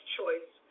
choice